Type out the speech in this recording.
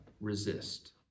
Resist